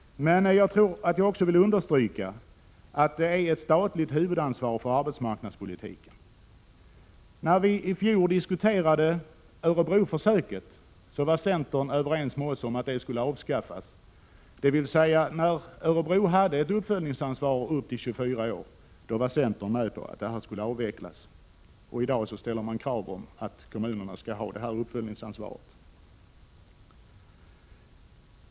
Men jag vill också understryka att det finns ett statligt huvudansvar för arbetsmarknadspolitiken. När vi i fjol diskuterade Örebroförsöket — när Örebro hade ett uppföljningsansvar till 24 år — var centern överens med oss om att det skulle avvecklas. Och i dag ställer man krav som innebär att kommunerna skall ha detta uppföljningsansvar.